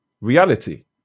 reality